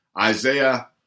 Isaiah